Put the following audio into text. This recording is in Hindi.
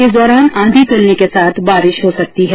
इस दौरान आंधी चलने के साथ बारिश हो सकती है